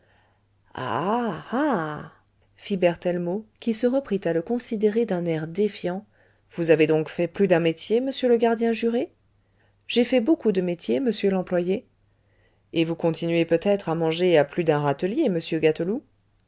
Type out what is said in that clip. fit berthellemot qui se reprit à le considérer d'un air défiant vous avez donc fait plus d'un métier monsieur le gardien juré j'ai fait beaucoup de métiers monsieur l'employé et vous continuez peut-être à manger à plus d'un râtelier monsieur gâteloup